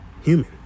human